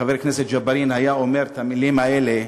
חבר הכנסת ג'בארין, היה אומר את המילים האלה,